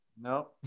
No